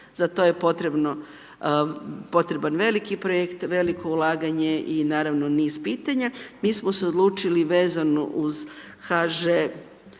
za to je potreban veliki projekt, veliko ulaganje i naravno niz pitanja, mi smo se odlučili vezano uz HŽ